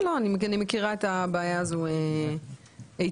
אני מכירה את הבעיה הזאת היטב.